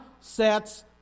sets